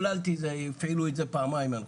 השתוללתי הפעילו את זה פעמיים אני חושב.